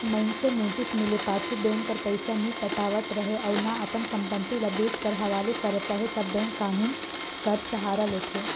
मइनसे नोटिस मिले पाछू बेंक कर पइसा नी पटावत रहें अउ ना अपन संपत्ति ल बेंक कर हवाले करत अहे ता बेंक कान्हून कर सहारा लेथे